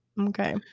Okay